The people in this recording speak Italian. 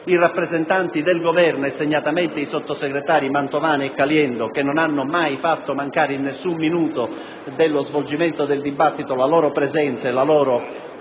i rappresentanti del Governo, e segnatamente i sottosegretari Mantovano e Caliendo, che non hanno mai fatto mancare in nessun minuto dello svolgimento del dibattito la loro presenza e la loro